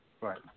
right